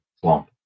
Slump